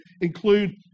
include